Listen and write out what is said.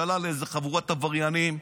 הפכתם את הממשלה לאיזו חבורת עבריינים.